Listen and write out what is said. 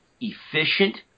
efficient